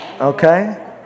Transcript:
Okay